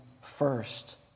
first